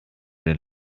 den